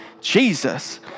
Jesus